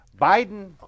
Biden